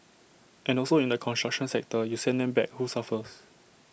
and also in the construction sector you send them back who suffers